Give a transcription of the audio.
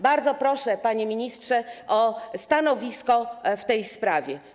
Bardzo proszę, panie ministrze, o stanowisko w tej sprawie.